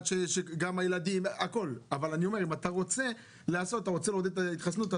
אבל אם אתה רוצה לעודד את ההתחסנות.